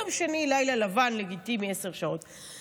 יום שני לילה לבן לגיטימי, עשר שעות.